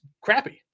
crappy